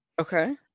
okay